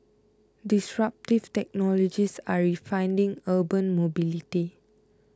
disruptive technologies are redefining urban mobility